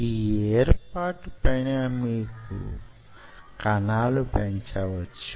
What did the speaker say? ఈ ఏర్పాటు పైన మీరు కణాలను పెంచవచ్చు